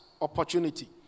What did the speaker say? opportunity